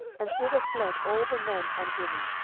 and thither fled all the men and women,